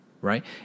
right